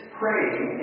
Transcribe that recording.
praying